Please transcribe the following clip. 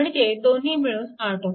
म्हणजे दोन्ही मिळून 8Ω